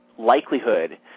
Likelihood